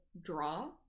draw